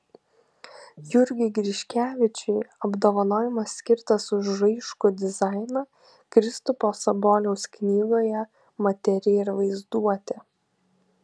jurgiui griškevičiui apdovanojimas skirtas už raiškų dizainą kristupo saboliaus knygoje materija ir vaizduotė